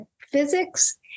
physics